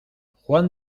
juan